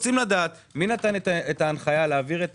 רוצים לדעת מי נתן את ההנחיה להעביר את